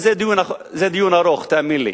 זה דיון ארוך, תאמין לי.